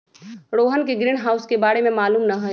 रोहन के ग्रीनहाउस के बारे में मालूम न हई